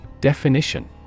Definition